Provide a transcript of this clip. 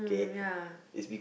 mm ya